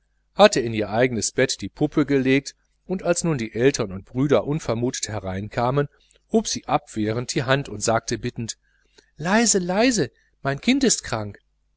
hatte in ihr eigenes bett die puppe gelegt und als nun die eltern und brüder unvermutet herein kamen hob sie abwehrend die hand und sagte bittend leise leise mein kind ist krank